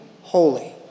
holy